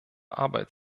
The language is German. arbeit